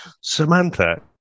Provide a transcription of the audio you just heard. Samantha